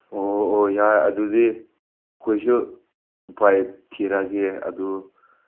ꯑꯣ ꯑꯣ ꯌꯥꯏ ꯑꯗꯨꯗꯤ ꯑꯩꯈꯣꯏꯁꯨ ꯎꯄꯥꯏ ꯊꯤꯔꯒꯦ ꯑꯗꯨ